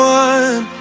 one